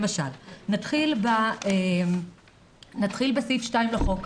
למשל, נתחיל בסעיף 2 לחוק.